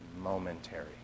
momentary